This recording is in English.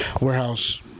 warehouse